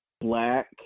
black